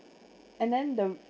and then the